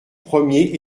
premiers